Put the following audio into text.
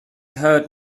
heard